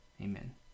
Amen